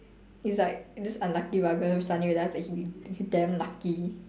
it's like this unlucky bugger suddenly realise that he he damn lucky